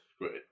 great